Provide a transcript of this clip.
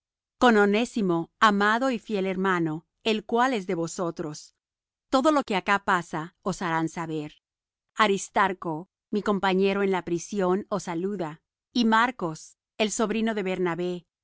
con onésimo amado y fiel hermano el cual es de vosotros todo lo que acá pasa os harán saber aristarch mi compañero en la prisión os saluda y marcos el sobrino de bernabé